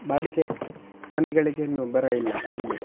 ಬಾಡಿಗೆ ಮನೆಗಳಿಗೇನೂ ಬರಯಿಲ್ಲ ಇಲ್ಲಿ